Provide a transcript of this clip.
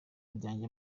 ryanjye